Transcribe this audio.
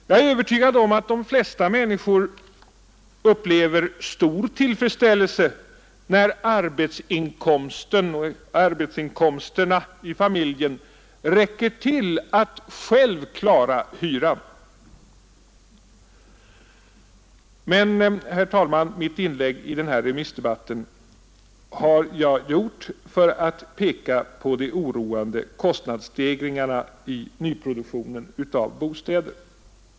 Jag är övertygad om att de flesta människor upplever stor tillfredsställelse när arbetsinkomsten eller arbetsinkomsterna i familjen räcker till så att de själva klarar hyran, Men, herr talman, mitt inlägg i den här remissdebatten har jag gjort för att peka på de oroande kostnadsstegringarna i nyproduktionen av bostäder.